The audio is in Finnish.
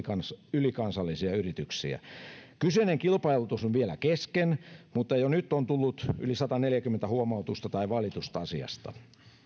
ylikansallisia yrityksiä kyseinen kilpailutus on vielä kesken mutta jo nyt on tullut yli sataneljäkymmentä huomautusta tai valitusta asiasta